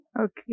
Okay